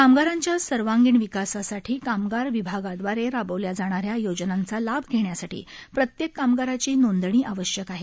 कामगारांच्या सर्वांगीण विकासासाठी कामगार विभागादवारे राबवल्या जाणाऱ्या योजनांचा लाभ घेण्यासाठी प्रत्येक कामगाराची नोंदणी आवश्यक आहे